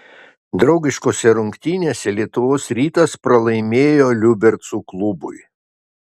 draugiškose rungtynėse lietuvos rytas pralaimėjo liubercų klubui